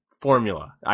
formula